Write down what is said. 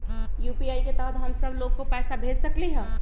UPI के तहद हम सब लोग को पैसा भेज सकली ह?